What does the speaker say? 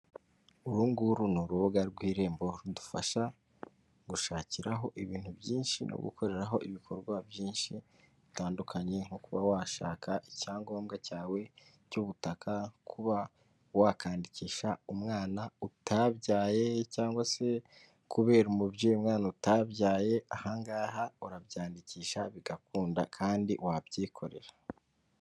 Uru nguru ni urubuga rw'irembo rudufasha gushakiraho ibintu byinshi no gukoreraho ibikorwa byinshi bitandukanye nko kuba washaka icyangombwa cyawe cy'ubutaka, kuba wakwandikisha umwana utabyaye cyangwa se kubera umubyeyi umwana utabyaye, aha ngaha urabyandikisha bigakunda kandi wabyikorera.